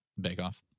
bake-off